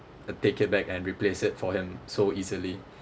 take it back and replace it for him so easily